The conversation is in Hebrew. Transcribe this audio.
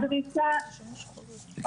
הדרישה, או.